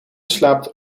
slaapt